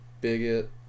bigot